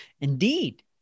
indeed